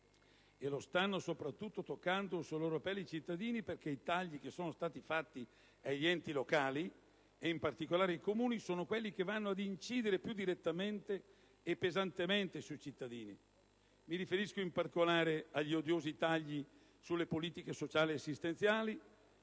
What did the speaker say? e lo stanno soprattutto toccando sulla loro pelle i cittadini, perché i tagli che sono stati fatti agli enti locali, e in particolare ai Comuni, sono quelli che vanno ad incidere più direttamente e pesantemente sui cittadini: mi riferisco, in particolare, agli odiosi tagli sulle politiche sociali e assistenziali,